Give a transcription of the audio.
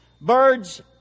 Birds